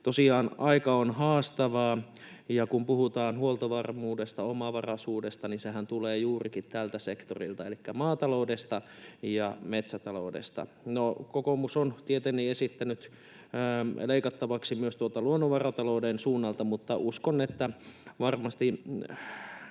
tosiaan aika on haastavaa, ja kun puhutaan huoltovarmuudesta, omavaraisuudesta, niin sehän tulee juurikin tältä sektorilta elikkä maataloudesta ja metsätaloudesta. No, kokoomus on tietenkin esittänyt leikattavaksi myös tuolta luonnonvaratalouden suunnalta, mutta uskon, että varmasti